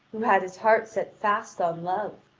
who had his heart set fast on love,